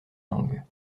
langues